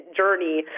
journey